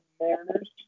Mariners